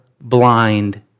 blind